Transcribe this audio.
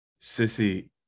sissy